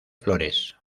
flores